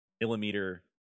millimeter